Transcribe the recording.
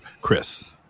Chris